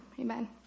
Amen